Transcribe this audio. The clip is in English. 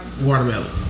watermelon